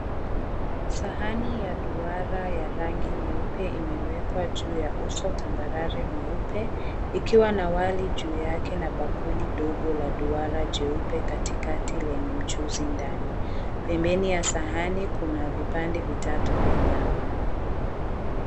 Sahani ya duara ya rangi nyeupe imewekwa juu ya uso tambarare mweupe ikiwa na wali juu yake na bakuli dogo la duara jeupe katikati lenye mchuzi ndani, pembeni ya sahani kuna vipande vitatu vya nyama.